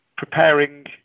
preparing